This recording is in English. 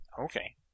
Okay